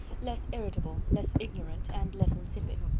less irritable, less ignorant, and less insipid.